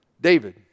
David